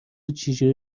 چجوری